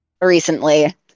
recently